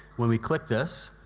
when we click this,